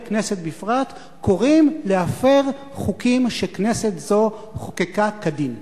כנסת בפרט קוראים להפר חוקים שכנסת זו חוקקה כדין.